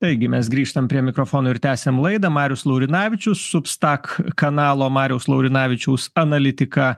taigi mes grįžtam prie mikrofono ir tęsiam laidą marius laurinavičius supstak kanalo mariaus laurinavičiaus analitika